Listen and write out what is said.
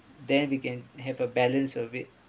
there we can have a balance of it